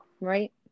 right